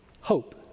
hope